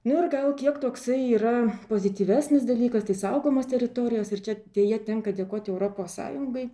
nu ir gal kiek toksai yra pozityvesnis dalykas tai saugomos teritorijos ir čia deja tenka dėkoti europos sąjungai